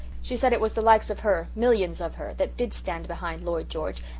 she said it was the likes of her, millions of her, that did stand behind lloyd george,